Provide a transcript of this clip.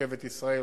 ברכבת ישראל,